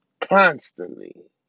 constantly